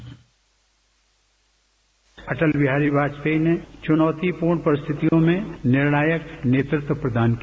bite Atal Bihari Vajpayee ji ने चुनौती पूर्ण परिस्थितियों में निणार्यक नेतृत्व प्रदान किया